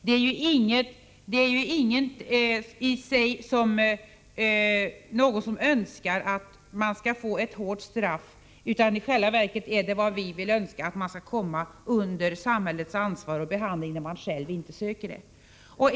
Det är ju ingen som i och för sig önskar att vederbörande skall få ett hårt straff, utan i själva verket önskar vi att dessa personer skall komma under samhällets ansvar och få behandling även när de inte själva söker sådan behandling.